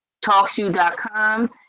TalkShoe.com